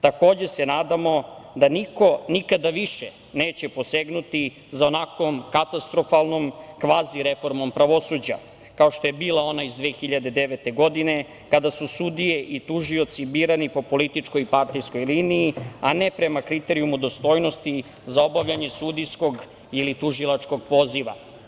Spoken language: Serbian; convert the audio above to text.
Takođe se nadamo da niko nikada više neće posegnuti za onakvom katastrofalnom, kvazi reformom pravosuđa, kao što je bila ona iz 2009. godine kada su sudije i tužioci birani po političkoj i partijskoj liniji, a ne prema kriterijumu dostojnosti za obavljanje sudijskog ili tužilačkog poziva.